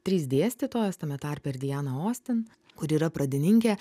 trys dėstytojos tame tarpe ir diana osten kuri yra pradininkė